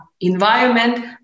environment